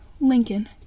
Lincoln